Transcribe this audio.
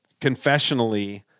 confessionally